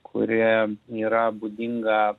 kuri yra būdinga